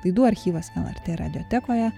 laidų archyvas lrt radiotekoje